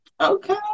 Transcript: okay